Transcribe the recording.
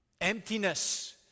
Emptiness